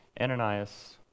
Ananias